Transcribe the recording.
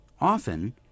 often